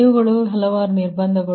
ಮತ್ತು ಇವುಗಳು ಹಲವಾರು ನಿರ್ಬಂಧಗಳು